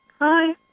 Hi